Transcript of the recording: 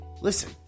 listen